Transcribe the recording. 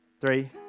three